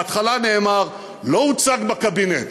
בהתחלה נאמר: לא הוצג בקבינט.